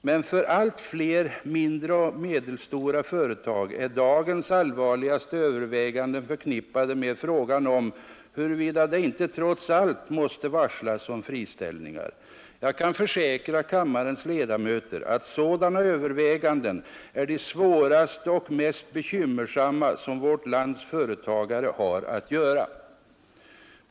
Men för allt flera mindre och medelstora företag är dagens allvarligaste överväganden förknippade med frågan om huruvida det inte trots allt måste varslas om friställningar. Jag kan försäkra kammarens ledamöter att sådana överväganden är de svåraste och mest bekymmersamma som vårt lands företagare har att göra.